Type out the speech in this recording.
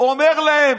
אומר להם